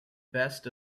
best